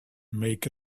make